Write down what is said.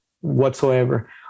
whatsoever